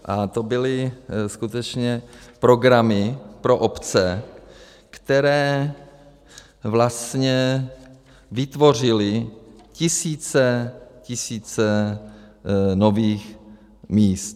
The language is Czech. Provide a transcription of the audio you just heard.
A to byly skutečně programy pro obce, které vlastně vytvořily tisíce, tisíce nových míst.